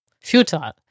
futile